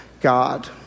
God